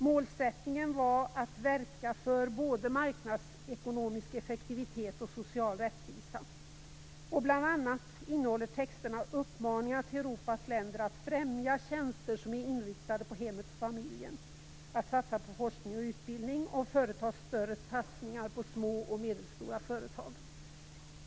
Målsättningen var att verka för både marknadsekonomisk effektivitet och social rättvisa, och texterna innehåller bl.a. uppmaningar till Europas länder att främja tjänster som är inriktade på hemmet och familjen, att satsa på forskning och utbildning och att företa större satsningar på små och medelstora företag.